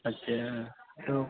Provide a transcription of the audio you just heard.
अच्छा तऽ